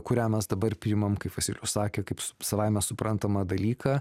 kurią mes dabar priimam kaip vasilijus sakė kaip savaime suprantamą dalyką